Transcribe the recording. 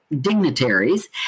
dignitaries